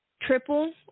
triple